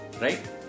Right